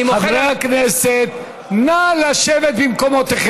אני מוחל על, חברי הכנסת, נא לשבת במקומותיכם.